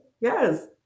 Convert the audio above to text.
yes